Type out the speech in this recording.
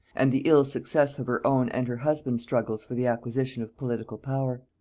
and the ill success of her own and her husband's struggles for the acquisition of political power.